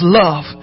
love